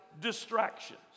distractions